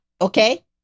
okay